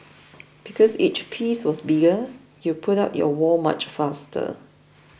because each piece was bigger you put up your wall much faster